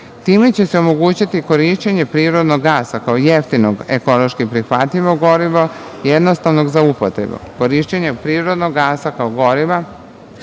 Time će se omogućiti korišćenje prirodnog gasa kao jeftinog ekološki prihvatljivog goriva jednostavnog za upotrebu. Korišćenjem prirodnog gasa kao goriva